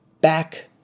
back